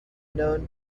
known